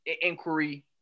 inquiry